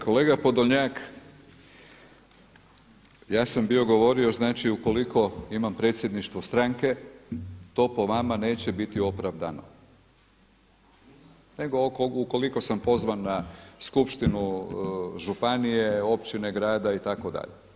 Kolega Podolnjak, ja sam bio govorio, znači ukoliko imam predsjedništvo stranke to po vama neće biti opravdano nego ukoliko sam pozvan na skupštinu županije, općine, grada itd.